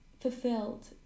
fulfilled